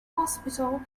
hospital